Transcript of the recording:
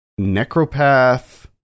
necropath